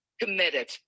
committed